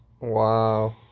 Wow